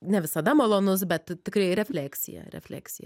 ne visada malonus bet tikrai refleksija refleksija